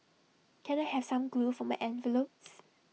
can I have some glue for my envelopes